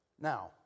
Now